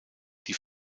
die